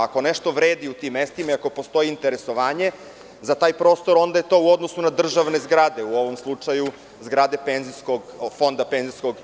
Ako nešto vredi u tim mestima, ako postoji interesovanje za taj prostor, onda je to u odnosu na državne zgrade, u ovom slučaju zgrade Fonda PIO.